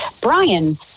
Brian